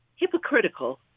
hypocritical